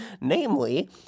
Namely